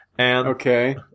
Okay